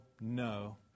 no